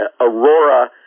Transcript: Aurora